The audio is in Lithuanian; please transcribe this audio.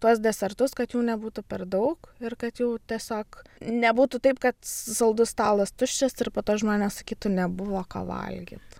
tuos desertus kad jų nebūtų per daug ir kad jau tiesiog nebūtų taip kad saldus stalas tuščias ir po to žmonės sakytų nebuvo ką valgyt